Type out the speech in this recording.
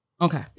Okay